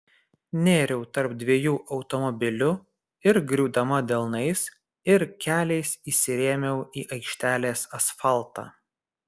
nėriau tarp dviejų automobilių ir griūdama delnais ir keliais įsirėmiau į aikštelės asfaltą